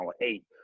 eight